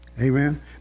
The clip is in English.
Amen